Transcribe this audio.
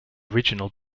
original